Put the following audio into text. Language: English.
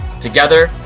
Together